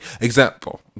example